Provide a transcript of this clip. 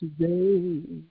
today